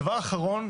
דבר אחרון,